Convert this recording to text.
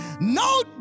No